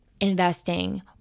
investing